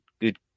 good